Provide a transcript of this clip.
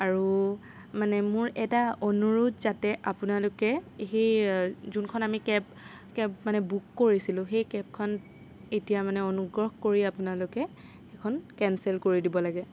আৰু মানে মোৰ এটা অনুৰোধ যাতে আপোনালোকে সেই যোনখন আমি কেব কেব মানে বুক কৰিছিলোঁ সেই কেবখন এতিয়া মানে অনুগ্ৰহ কৰি আপোনালোকে সেইখন কেঞ্চেল কৰি দিব লাগে